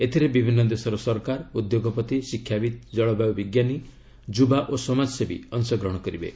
ଏଥିରେ ବିଭିନ୍ନ ଦେଶର ସରକାର ଉଦ୍ୟୋଗପତି ଶିକ୍ଷାବିତ୍ ଜଳବାୟୁ ବିଜ୍ଞାନୀ ଯୁବା ଓ ସମାଜସେବୀ ଅଂଶଗ୍ରହଣ କରିବେ